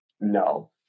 No